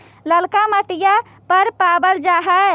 ललका मिटीया न पाबल जा है?